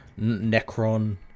necron